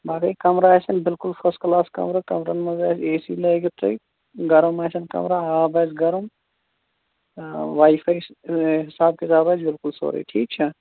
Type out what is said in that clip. باقٕے کَمرٕ آسن بِلکُل فٔس کٕلاس کَمرٕ کَمرَن منٛز آسہِ اے سی لٲگِتھ تُہۍ گرم آسن کَمرٕ آب آسہِ گرم واے فاے حِساب کِتاب آسہِ بِلکُل سورُے ٹھیٖک چھا